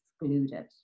excluded